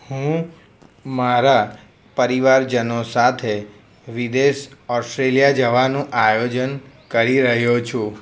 હું મારા પરિવારજનો સાથે વિદેશ ઓસ્ટ્રેલીયા જવાનું આયોજન કરી રહ્યો છું